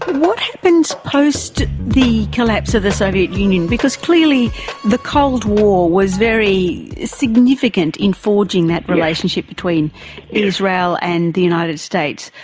what happens post-the collapse of the soviet union, because clearly the cold war was very significant in forging that relationship between israel and the united states.